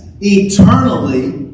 eternally